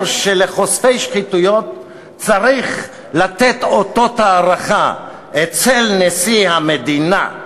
שלחושפי שחיתויות צריך לתת אותות הערכה מטעם נשיא המדינה.